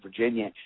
Virginia